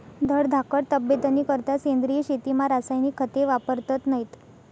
धडधाकट तब्येतनीकरता सेंद्रिय शेतीमा रासायनिक खते वापरतत नैत